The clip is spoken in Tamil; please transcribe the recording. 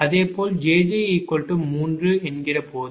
அதேபோல் jj 3 போது